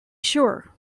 sure